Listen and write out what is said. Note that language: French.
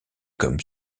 comme